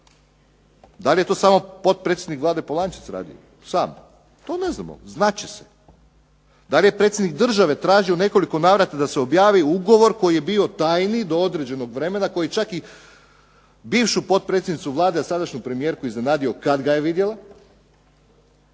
Da li je to samo potpredsjednik Vlade Polančec radio sam, to ne znamo. Znat će se. Da li je predsjednik države tražio u nekoliko navrata da se objavi ugovor koji je bio tajni do određenog vremena, koji je čak i bivšu potpredsjednicu Vlade a sadašnju premijerku iznenadio kad ga je vidjela,